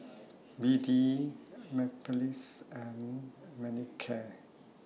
B D Mepilex and Manicare